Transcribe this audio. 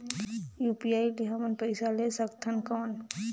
UPI ले हमन पइसा ले सकथन कौन?